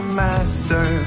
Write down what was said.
master